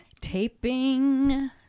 taping